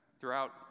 throughout